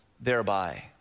thereby